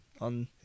on